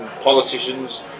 politicians